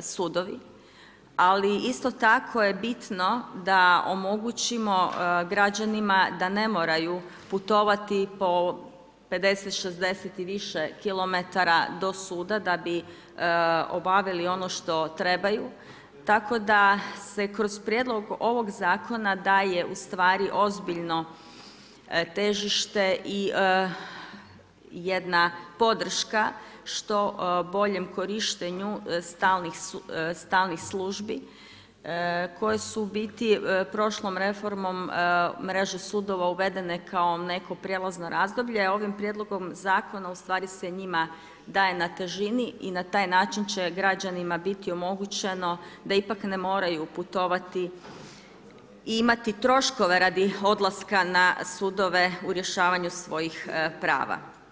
sudove, ali isto tako je bitno da omogućimo građanima da ne moraju putovati po 50-60 i više km do suda da bi obavili ono što trebaju, tako da se kroz prijedlog ovog zakona daje, u stvari, ozbiljno težište i jedna podrška što boljem korištenju stalnih službi koje su u biti, prošlom reformom u mreže sudova uvedene kao neko prijelazno razdoblje, a ovim prijedlogom zakona u stvari se njima daje na težini i na taj način će građanima biti omogućeno da ipak ne moraju putovati i imati troškove radi odlaska na sudove u rješavanju svojih prava.